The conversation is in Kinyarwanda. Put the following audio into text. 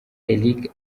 eric